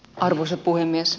arvoisa puhemies